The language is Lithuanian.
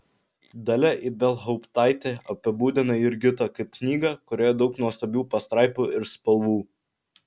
dalia ibelhauptaitė apibūdina jurgitą kaip knygą kurioje daug nuostabių pastraipų ir spalvų